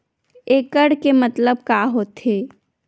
एकड़ के मतलब का होथे?